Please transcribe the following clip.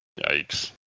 Yikes